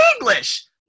English